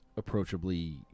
approachably